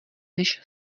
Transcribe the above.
než